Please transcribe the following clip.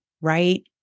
right